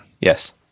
Yes